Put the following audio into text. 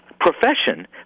profession